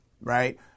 right